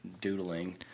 doodling